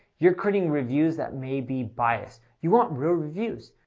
you're creating reviews that may be biased, you want real reviews.